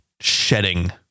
shedding